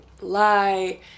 lie